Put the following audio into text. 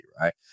right